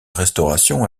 restauration